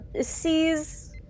sees